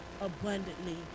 abundantly